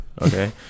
okay